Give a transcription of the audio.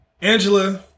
Angela